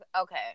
Okay